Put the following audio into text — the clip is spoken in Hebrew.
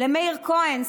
למאיר כהן,